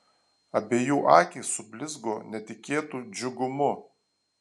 abiejų akys sublizgo netikėtu džiugumu